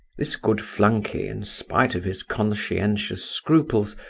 this good flunkey, in spite of his conscientious scruples,